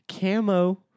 camo